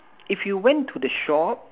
if you went to the shop